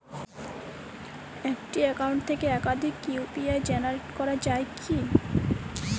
একটি অ্যাকাউন্ট থেকে একাধিক ইউ.পি.আই জেনারেট করা যায় কি?